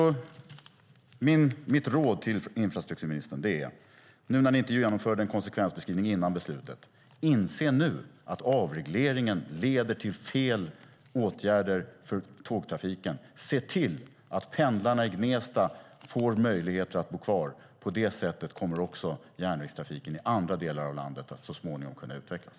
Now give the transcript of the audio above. Mitt råd till infrastrukturministern, när ni inte genomförde en konsekvensbeskrivning innan beslutet: Inse nu att avregleringen leder till fel åtgärder för tågtrafiken. Se till att pendlarna i Gnesta får möjligheter att bo kvar. På det sättet kommer också järnvägstrafiken i andra delar av landet att så småningom kunna utvecklas.